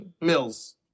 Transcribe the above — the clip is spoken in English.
Mills